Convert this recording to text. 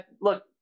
Look